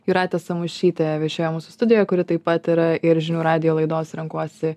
jūratė samušytė viešėjo mūsų studijoje kuri taip pat yra ir žinių radijo laidos renkuosi